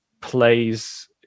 plays